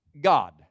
God